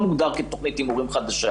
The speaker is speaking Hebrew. כתכנית הימורים חדשה.